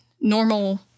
Normal